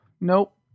nope